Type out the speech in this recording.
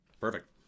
Perfect